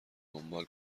دنبال